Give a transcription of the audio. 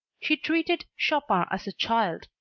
she treated chopin as a child,